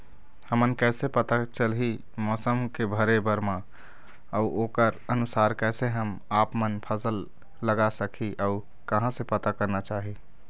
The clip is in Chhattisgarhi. हमन कैसे पता चलही मौसम के भरे बर मा अउ ओकर अनुसार कैसे हम आपमन फसल लगा सकही अउ कहां से पता करना चाही?